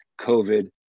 COVID